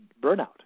burnout